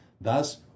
Thus